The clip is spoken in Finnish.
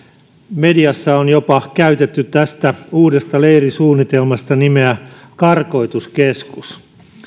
mediassa on jopa käytetty tästä uudesta leirisuunnitelmasta nimeä karkoituskeskus